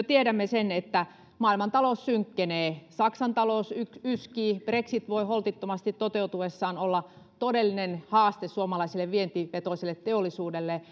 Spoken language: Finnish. tiedämme sen että maailman talous synkkenee saksan talous yskii brexit voi holtittomasti toteutuessaan olla todellinen haaste suomalaiselle vientivetoiselle teollisuudelle